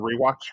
rewatch